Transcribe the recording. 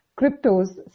cryptos